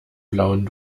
blauen